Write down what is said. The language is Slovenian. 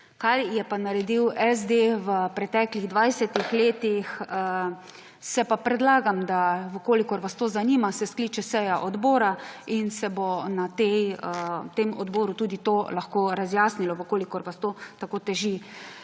kaj je pa naredil SD v preteklih 20-ih letih, pa predlagam, v kolikor vas to zanima, da se skliče seja odbora in se bo na tem odboru tudi to lahko razjasnilo, v kolikor vas to tako teži.